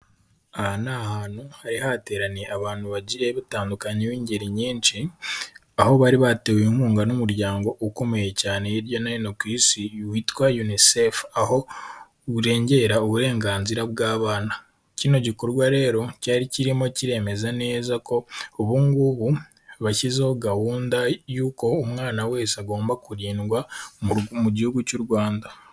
Aha ni ahantu hari hateraniye abantu bagiye batandukanya b'ingeri nyinshi, aho bari batewe inkunga n'umuryango ukomeye cyane hirya no hino ku isi, witwa Unisefu, aho urengera uburenganzira bw'abana. Kino gikorwa rero cyari kirimo kiremeza neza ko ubungubu bashyizeho gahunda y'uko umwana wese agomba kurindwa mu gihugu cy'u Rwanda.